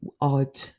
odd